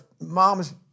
mom's